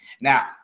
Now